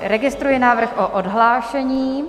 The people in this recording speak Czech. Registruji návrh na odhlášení.